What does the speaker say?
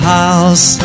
house